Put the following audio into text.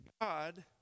God